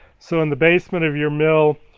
so and the basement of your mill,